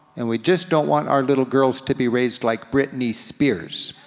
and we just don't want our little girls to be raised like britney spears.